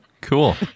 cool